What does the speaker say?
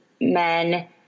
men